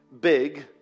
big